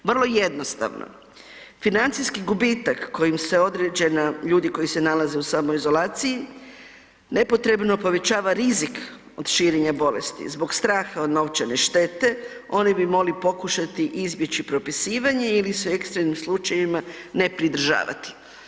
Vrlo jednostavno, financijski gubitak kojim se određena ljudi koji se nalaze u samoizolaciji, nepotrebno povećava rizik od širenja bolesti, zbog straha od novčane štete oni bi mogli pokušati izbjeći propisivanje ili se u ekstremnim slučajevima ne pridržavati.